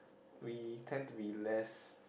we tend to be less